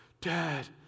Dad